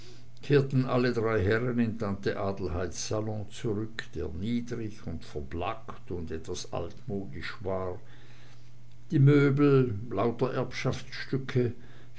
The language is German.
kehrten alle drei herren in tante adelheids salon zurück der niedrig und verblakt und etwas altmodisch war die möbel